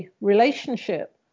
relationship